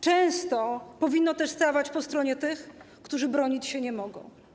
Często powinno też stawać po stronie tych, którzy bronić się nie mogą.